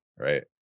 right